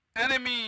Enemy